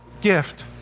gift